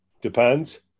Depends